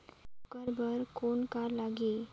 ओकर बर कौन का लगी?